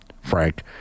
Frank